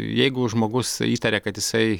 jeigu žmogus įtaria kad jisai